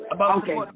Okay